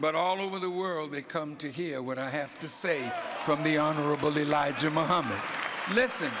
but all over the world they come to hear what i have to say from the honorable eli